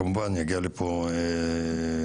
כמובן יגיע לפה זכריא,